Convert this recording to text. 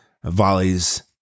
volleys